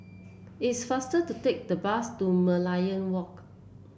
it's faster to take the bus to Merlion Walk